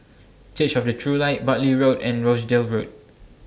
Church of The True Light Bartley Road and Rochdale Road